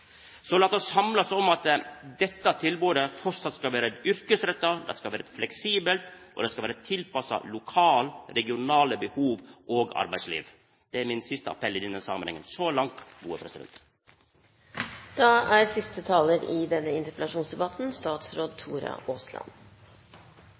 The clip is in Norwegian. Så lat oss samlast om at dette tilbodet framleis skal vera yrkesretta, det skal vera fleksibelt, og det skal vera tilpassa lokale og regionale behov og arbeidsliv. Det er min siste appell i denne samanhengen – så langt. En interpellasjonsdebatt som denne, og også den neste, vil være viktig for meg i